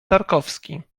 tarkowski